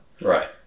Right